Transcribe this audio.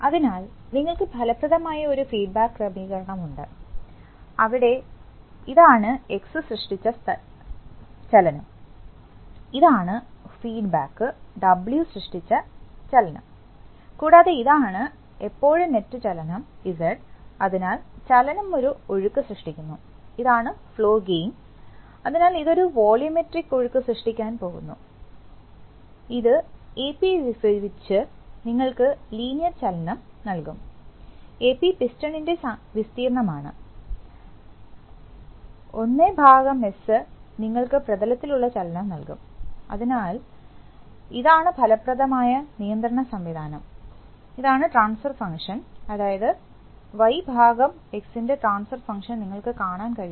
അതിനാൽ നിങ്ങൾക്ക് ഫലപ്രദമായ ഒരു ഫീഡ്ബാക്ക് ക്രമീകരണം ഉണ്ട് അവിടെ ഇതാണ് X സൃഷ്ടിച്ച ചലനം ഇതാണ് ഫീഡ്ബാക്ക് W സൃഷ്ടിച്ച ചലനം കൂടാതെ ഇതാണ് എപ്പോഴും നെറ്റ് ചലനം Z അതിനാൽ ചലനം ഒരു ഒഴുക്ക് സൃഷ്ടിക്കുന്നു ഇതാണ് ഫ്ലോ ഗെയിൻ അതിനാൽ ഇത് ഒരു വോള്യൂമെട്രിക് ഒഴുക്ക് സൃഷ്ടിക്കാൻ പോകുന്നു ഇത് Ap വിഭജിച്ച് നിങ്ങൾക്ക് ലീനിയർ ചലനം നൽകും Ap പിസ്റ്റണിന്റെ വിസ്തീർണ്ണം ആണ് 1S നിങ്ങൾക്ക് പ്രതലത്തിൽ ഉള്ള ചലനം നൽകും അതിനാൽ ഇതാണ് ഫലപ്രദമായ നിയന്ത്രണ സംവിധാനം ഇതാണ് ട്രാൻസ്ഫർ ഫംഗ്ഷൻഅതായത് YX ൻറെ ട്രാൻസ്ഫർ ഫംഗ്ഷൻ നിങ്ങൾക്ക് കാണാൻ കഴിയും